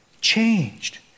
changed